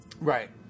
Right